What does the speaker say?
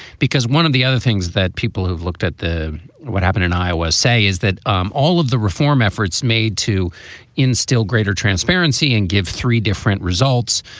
because one of the other things that people who've looked at the what happened in iowa say is that um all of the reform efforts made to instill greater transparency and give three different results,